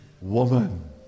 woman